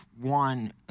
one